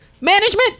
Management